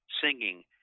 singing